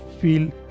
feel